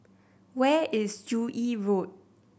where is Joo Yee Road